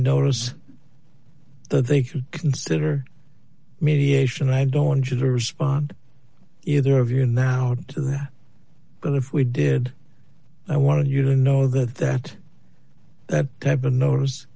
notice they could consider mediation i don't want you to respond either of you now to that but if we did i want you to know that that type of notice